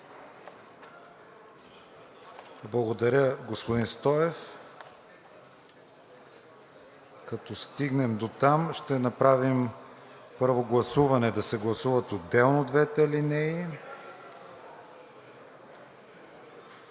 Благодаря, господин Стоев. Като стигнем дотам, ще направим първо гласуване, да се гласуват отделно двете алинеи.